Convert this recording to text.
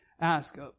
ask